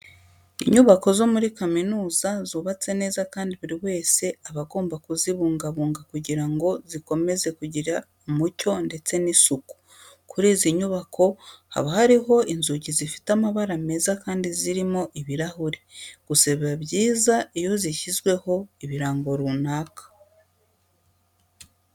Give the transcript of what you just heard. Inyubako zo muri kaminuza ziba zubatse neza kandi buri wese aba agomba kuzibungabunga kugira ngo zikomeze kugira umucyo ndetse n'isuku. Kuri izi nyubako haba hariho inzugi zifite amabara meza kandi zirimo ibirahure, gusa biba byiza iyo zishyizweho ibirango runaka.